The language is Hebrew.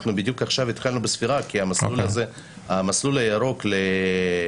אנחנו בדיוק עכשיו התחלנו בספירה כי המסלול הירוק לאזרחי